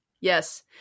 Yes